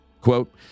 quote